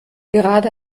gerade